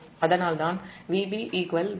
அதனால்தான் Vb Vc 3 ZfIa0